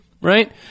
right